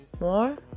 more